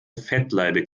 fettleibig